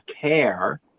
care